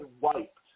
wiped